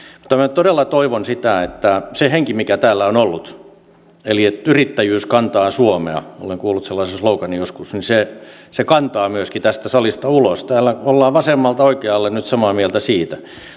minä nyt todella toivon sitä että se henki mikä täällä on ollut eli että yrittäjyys kantaa suomea olen kuullut sellaisen sloganin joskus kantaa myöskin tästä salista ulos eli se että täällä ollaan vasemmalta oikealle nyt samaa mieltä siitä